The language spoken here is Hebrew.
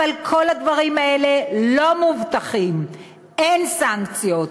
אבל כל הדברים האלה לא מאובטחים: אין סנקציות,